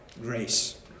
grace